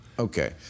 Okay